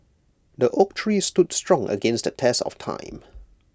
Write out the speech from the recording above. the oak tree stood strong against the test of time